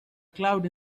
cloud